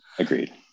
Agreed